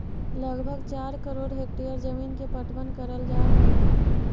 लगभग चार करोड़ हेक्टेयर जमींन के पटवन करल जा हई